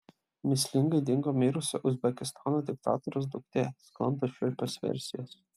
mįslingai dingo mirusio uzbekistano diktatoriaus duktė sklando šiurpios versijos